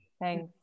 Thanks